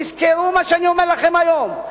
תזכרו מה שאני אומר לכם היום.